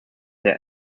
their